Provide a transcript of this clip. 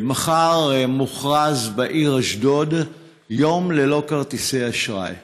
מחר מוכרז בעיר אשדוד יום ללא כרטיסי אשראי.